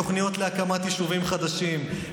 בתוכניות להקמת יישובים חדשים,